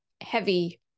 heavy